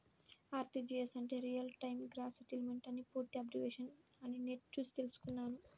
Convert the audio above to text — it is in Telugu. ఆర్టీజీయస్ అంటే రియల్ టైమ్ గ్రాస్ సెటిల్మెంట్ అని పూర్తి అబ్రివేషన్ అని నెట్ చూసి తెల్సుకున్నాను